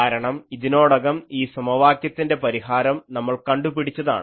കാരണം ഇതിനോടകം ഈ സമവാക്യത്തിൻറെ പരിഹാരം നമ്മൾ കണ്ടുപിടിച്ചതാണ്